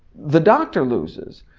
the doctor loses,